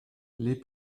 les